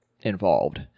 involved